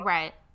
Right